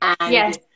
yes